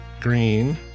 green